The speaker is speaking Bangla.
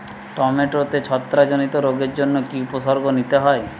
টমেটোতে ছত্রাক জনিত রোগের জন্য কি উপসর্গ নিতে হয়?